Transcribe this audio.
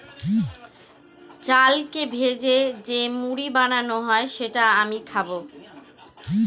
চালকে ভেজে যে মুড়ি বানানো হয় যেটা আমি খাবো